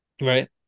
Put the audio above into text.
right